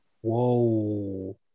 Whoa